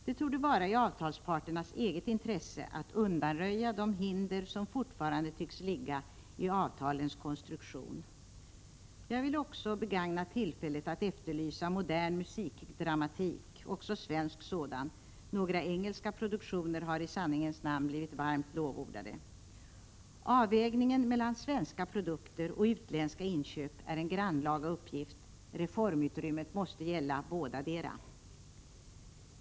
Det torde vara i avtalsparternas eget intresse att undanröja de hinder som fortfarande tycks ligga i avtalens konstruktion. Jag vill också begagna tillfället att efterlysa modern musikdramatik, även svensk sådan — några engelska produktioner har i sanningens namn blivit varmt lovordade. Avvägningen mellan svenska produkter och utländska inköp är en grannlaga uppgift. Reformutrymmet måste gälla bådadera.